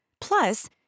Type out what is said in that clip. Plus